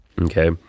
okay